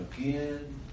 again